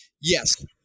Yes